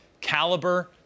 caliber